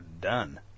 done